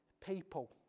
people